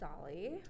dolly